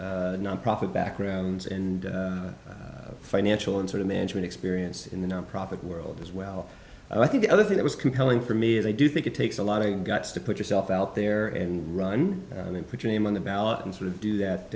jill's nonprofit backgrounds and financial and sort of management experience in the nonprofit world as well i think the other thing that was compelling for me is i do think it takes a lot of guts to put yourself out there and run and put your name on the ballot and sort of do that